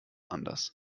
anders